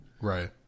Right